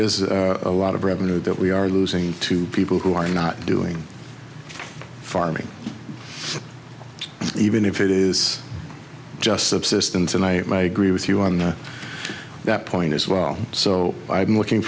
is a lot of revenue that we are losing to people who are not doing farming even if it is just subsistence and i agree with you on that point as well so i'm looking